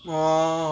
orh